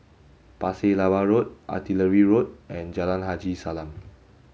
Pasir Laba Road Artillery Road and Jalan Haji Salam